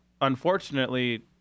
unfortunately